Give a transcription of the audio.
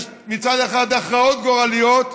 יש מצד אחד הכרעות גורליות,